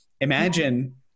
Imagine